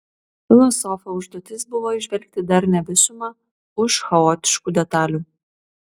filosofo užduotis buvo įžvelgti darnią visumą už chaotiškų detalių